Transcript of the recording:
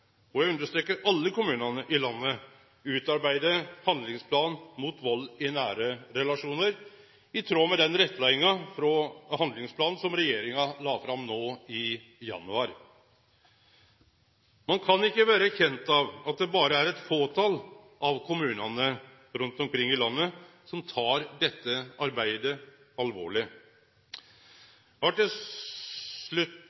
– eg understrekar alle – kommunane i landet utarbeide handlingsplan mot vald i nære relasjonar, i tråd med den rettleiinga frå handlingsplanen som regjeringa la fram no i januar. Ein kan ikkje vere kjent av at det berre er eit fåtal av kommunane rundt i landet som tek dette arbeidet alvorleg. Eg har til slutt